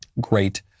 Great